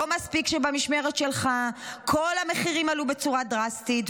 לא מספיק שבמשמרת שלך כל המחירים עלו בצורה דרסטית,